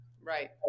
Right